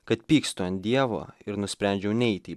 kad pykstu ant dievo ir nusprendžiau neit į